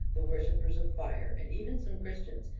the worshippers of fire, and even some christians,